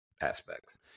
aspects